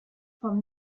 vom